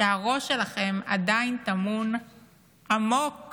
שהראש שלכם עדיין טמון עמוק